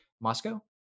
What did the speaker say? Moscow